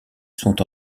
sont